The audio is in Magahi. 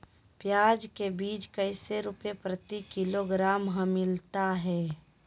प्याज के बीज कैसे रुपए प्रति किलोग्राम हमिलता हैं?